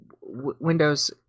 Windows